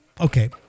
okay